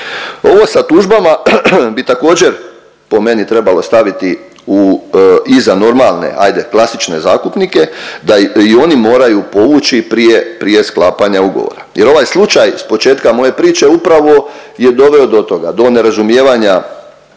Ovo sa tužbama bi također po meni trebalo staviti iza normalne, hajde klasične zakupnike da i oni moraju povući prije sklapanja ugovora. Jer ovaj slučaj sa početka moje priče upravo je doveo do toga, do nerazumijevanja